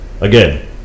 Again